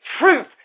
truth